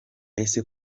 ese